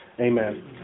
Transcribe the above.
Amen